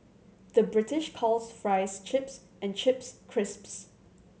the British calls fries chips and chips crisps